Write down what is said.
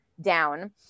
down